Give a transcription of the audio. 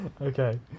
okay